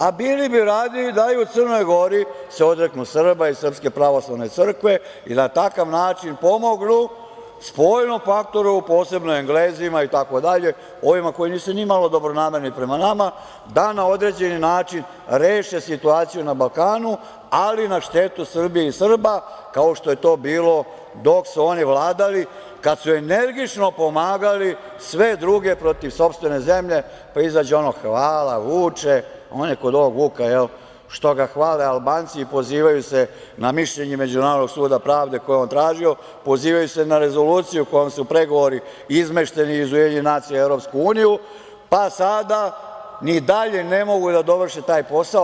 Dalje, bili bi radi da se i u Crnoj Gori odreknu Srba i Srpske pravoslavne crkve i na takav način pomognu spoljnom faktoru, posebno Englezima, ovima koji nisu ni malo dobronamerni prema nama, da na određeni način reše situaciju na Balkanu, ali na štetu Srbije i Srba, kao što je to bilo dok su oni vladali, kad su energično pomagali sve druge protiv sopstvene zemlje, pa izađe ono - hvala Vuče, oni kod ovog Vuka što ga hvale Albanci i pozivaju se na mišljenje Međunarodnog suda pravde koje je on tražio, pozivaju se na rezoluciju kojom su pregovori izmešteni iz UN u EU, pa sada ni dalje ne mogu da dovrše taj posao.